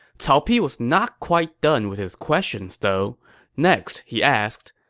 cao pi was not quite done with his questions, though. next, he asked,